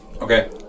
Okay